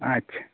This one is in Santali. ᱟᱪᱪᱷᱟ